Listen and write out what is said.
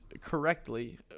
correctly